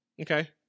Okay